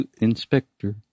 inspector